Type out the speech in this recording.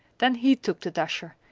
then he took the dasher,